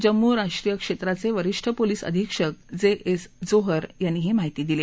जम्मू राष्ट्रीय क्षेत्राचे वरीष्ठ पोलीस अधिक्षक जे एस जोहर यांनी ही माहिती दिली